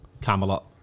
Camelot